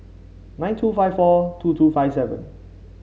nine two five four two two five seven